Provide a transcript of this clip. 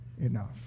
enough